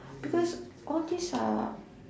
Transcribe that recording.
because all this are